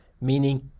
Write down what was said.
meaning